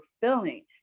fulfilling